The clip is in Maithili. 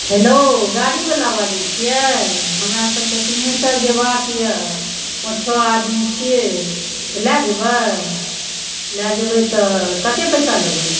हैलो गाड़ीबला बाजैत छियै हमरासभकऽ सिंघेश्वर जेबाक यऽ पाँच छओ आदमी छियै तऽ लए जेबय लए जेबय तऽ कतय पैसा लेबय